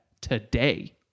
today